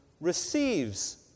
receives